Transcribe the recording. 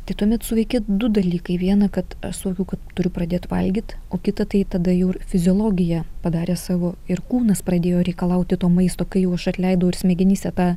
tai tuomet suveikė du dalykai viena kad aš suvokiau kad turiu pradėt valgyt o kita tai tada jau ir fiziologija padarė savo ir kūnas pradėjo reikalauti to maisto kai jau aš atleidau ir smegenyse tą